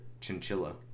chinchilla